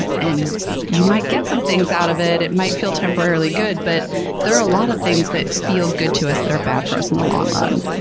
and you might get some things out of it. it might feel temporarily good, but there are a lot of things that feel good to us that are bad for us in the long run.